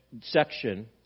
section